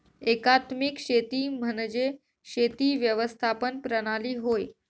एकात्मिक शेती म्हणजे शेती व्यवस्थापन प्रणाली होय